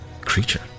creature